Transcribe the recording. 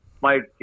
Mike